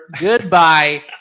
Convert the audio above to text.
goodbye